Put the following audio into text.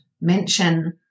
mention